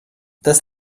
das